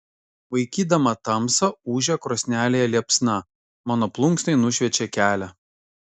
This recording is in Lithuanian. vaikydama tamsą ūžia krosnelėje liepsna mano plunksnai nušviečia kelią